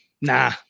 nah